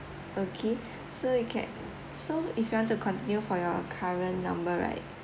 okay so you can so if you want to continue for your current number right